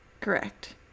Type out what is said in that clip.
Correct